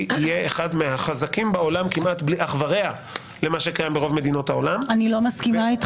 ואתה יכול עם ההתגברות להגיד: עם רוב כזה אני מתגבר וכן